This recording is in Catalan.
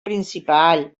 principal